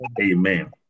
Amen